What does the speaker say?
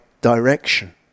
direction